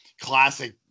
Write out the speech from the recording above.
classic